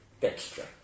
texture